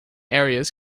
areas